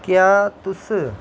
क्या तुस